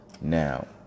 Now